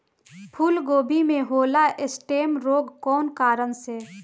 फूलगोभी में होला स्टेम रोग कौना कारण से?